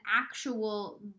actual